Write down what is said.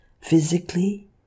physically